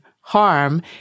harm